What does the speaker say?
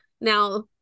Now